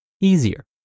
easier